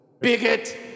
Bigot